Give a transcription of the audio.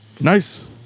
nice